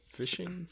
fishing